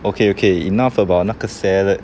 okay okay enough about 那个 salad